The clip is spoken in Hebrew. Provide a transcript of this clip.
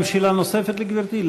האם שאלה נוספת לגברתי?